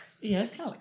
Yes